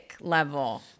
level